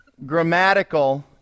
grammatical